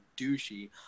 douchey